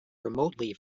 remotely